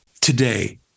today